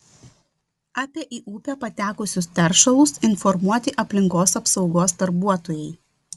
apie į upę patekusius teršalus informuoti aplinkos apsaugos darbuotojai